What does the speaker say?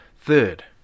Third